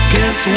Guess